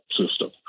system